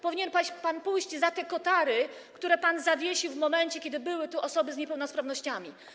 Powinien pan pójść za te kotary, które pan zawiesił w momencie, kiedy były tu osoby z niepełnosprawnościami.